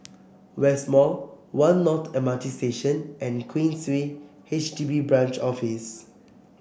West Mall One North M R T Station and Queensway H D B Branch Office